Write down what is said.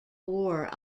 war